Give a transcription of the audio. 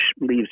leaves